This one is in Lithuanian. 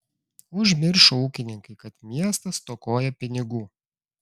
užmiršo ūkininkai kad miestas stokoja pinigų